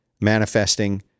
manifesting